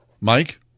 Mike